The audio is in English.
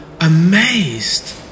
amazed